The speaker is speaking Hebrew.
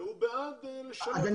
והוא בעד לשלב --- אני